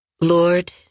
Lord